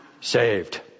saved